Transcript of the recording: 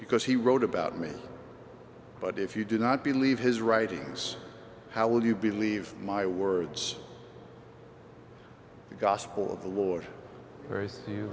because he wrote about me but if you do not believe his writings how would you believe my words the gospel of the war